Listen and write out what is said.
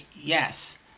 yes